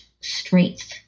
strength